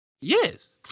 Yes